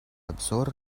обзора